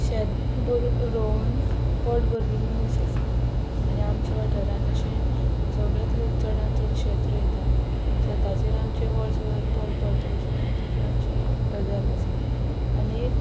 शेत भर रोवन पोट भरपी मनीस आसा आनी आमच्या वाठारान अशें सगळ्यात लोक चडान चड शेत रोंयता शेताचेर आमचें वर्स वर पोट भरता अशी म्हणटा ती आमची गजाल आसा आनी